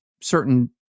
certain